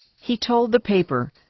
he told the paper,